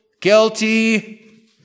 guilty